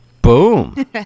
Boom